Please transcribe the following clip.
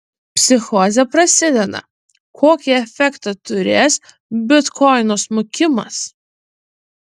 psichozė prasideda kokį efektą turės bitkoino smukimas